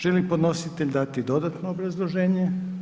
Želi li podnositelj dati dodatno obrazloženje?